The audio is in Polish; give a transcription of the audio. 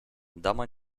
dama